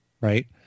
Right